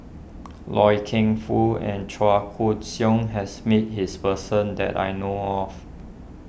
Loy Keng Foo and Chua Koon Siong has met his person that I know of